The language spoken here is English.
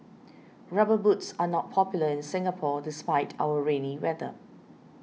rubber boots are not popular in Singapore despite our rainy weather